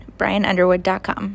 brianunderwood.com